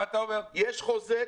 יש חוזה.